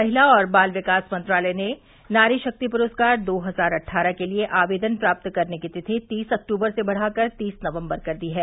महिला और बाल विकास मंत्रालय ने नारी शक्ति पुरस्कार दो हजार अट्ठारह के लिए आवेदन प्राप्त करने की तिथि तीस अक्टूबर से बढ़ाकर तीस नवम्बर कर दी है